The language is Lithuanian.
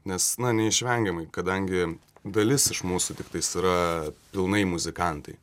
nes na neišvengiamai kadangi dalis iš mūsų tiktais yra pilnai muzikantai